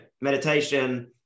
meditation